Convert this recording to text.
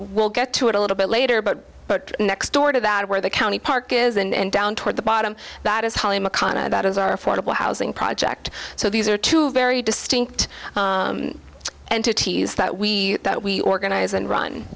will get to it a little bit later but but next door to that where the county park is and down toward the bottom that is highly macan about as are affordable housing project so these are two very distinct entities that we that we organize and run